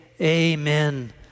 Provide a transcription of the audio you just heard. amen